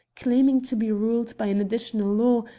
claiming to be ruled by an additional law,